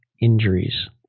injuries